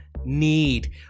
need